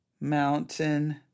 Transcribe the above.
Mountain